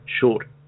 short